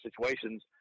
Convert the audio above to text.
situations